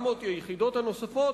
400 היחידות הנוספות,